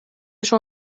شما